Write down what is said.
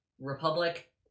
Republic